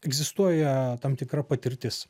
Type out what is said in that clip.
egzistuoja tam tikra patirtis